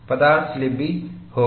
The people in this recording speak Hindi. पदार्थ स्लिप होगी